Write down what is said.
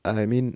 I mean